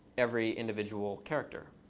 every individual character.